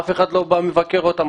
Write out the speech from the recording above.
ואף אחד לא בא לבקר אותן,